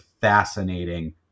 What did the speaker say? fascinating